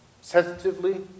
sensitively